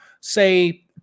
say